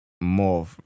more